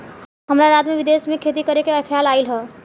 हमरा रात में विदेश में खेती करे के खेआल आइल ह